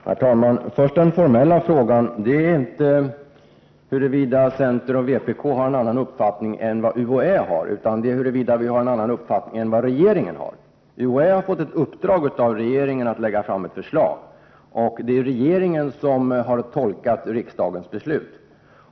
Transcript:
Herr talman! Först den formella frågan. Frågan är inte huruvida centern och vpk har en annan uppfattning än UHÄ, utan huruvida vi har en annan uppfattning än regeringen. UHÄ har fått ett uppdrag av regeringen att lägga fram ett förslag. Det är regeringen som har tolkat riksdagens beslut.